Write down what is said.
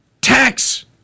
tax